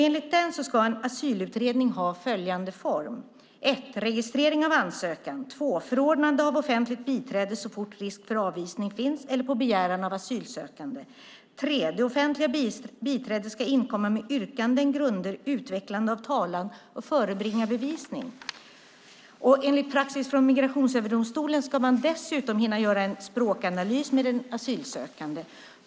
Enligt den ska en asylutredning ha följande form: 1. Registrering av ansökan 2. Förordnande av offentligt biträde så fort risk för avvisning finns eller på begäran av asylsökande 3. Det offentliga biträdet ska inkomma med yrkanden, grunder, utvecklande av talan och förebringa bevisning. Enligt praxis från Migrationsöverdomstolen ska man dessutom hinna göra en språkanalys med den asylsökande.